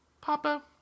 Papa